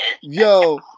Yo